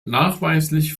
nachweislich